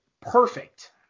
perfect